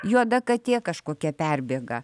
juoda katė kažkokia perbėga